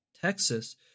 Texas